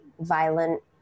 violent